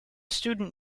student